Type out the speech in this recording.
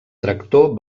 tractor